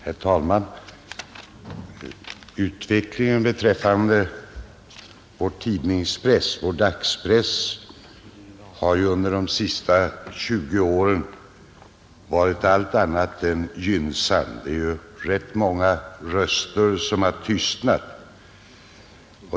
Herr talman! Utvecklingen för vår dagspress har under de senaste 20 åren varit allt annat än gynnsam. Det är rätt många röster som har tystnat.